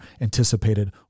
anticipated